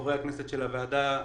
חברי הכנסת של הוועדה,